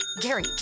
Gary